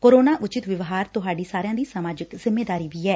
corona ਉਚਿਤ ਵਿਵਹਾਰ ਤੁਹਾਡੀ ਸਮਾਜਿਕ ਜਿੰਮੇਵਾਰੀ ਵੀ ਐ